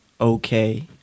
Okay